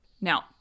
Now